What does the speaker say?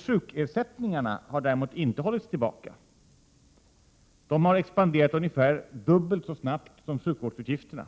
Sjukersättningarna har däremot inte hållits tillbaka. Under de senaste fem åren har dessa expanderat ungefär dubbelt så snabbt som sjukvårdsutgifterna.